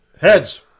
Heads